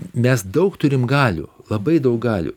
mes daug turim galių labai daug galių